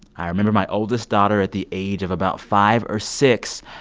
i remember my oldest daughter, at the age of about five or six,